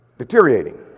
Deteriorating